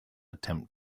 attempt